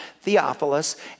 Theophilus